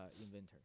inventor